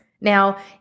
Now